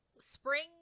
spring